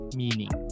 meaning